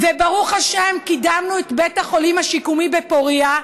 וברוך השם, קידמנו את בית החולים השיקומי בפוריה.